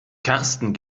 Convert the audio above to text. karsten